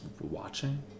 watching